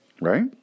Right